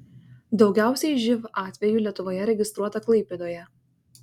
daugiausiai živ atvejų lietuvoje registruota klaipėdoje